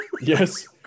Yes